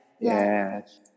Yes